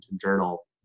Journal